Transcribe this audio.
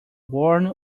worn